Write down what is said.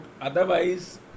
otherwise